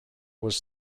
was